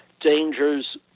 dangers